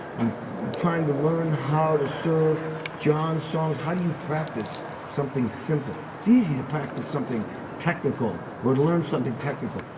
i'm trying to learn how to serve john's songs. how do you practice something simple? it's easy to practice something technical or learn something technical.